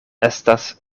estas